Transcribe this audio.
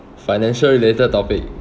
financial related topic